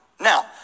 Now